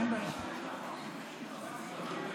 אם היה, הוא היה